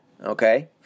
okay